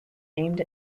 aimed